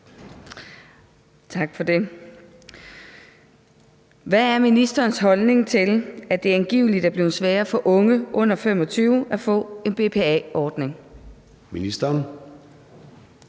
Tak for det. Hvad er ministerens holdning til, at det angiveligt er blevet sværere for unge under 25 år at få en BPA-ordning? Kl.